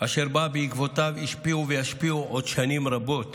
אשר באה בעקבותיו, השפיעו וישפיעו עוד שנים רבות